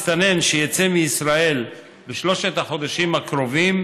מסתנן שיצא מישראל בשלושת החודשים הקרובים